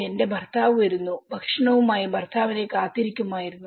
എന്റെ ഭർത്താവ് വരുന്നു ഭക്ഷണവുമായി ഭർത്താവിനെ കാത്തിരിക്കുമായിരുന്നു